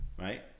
Right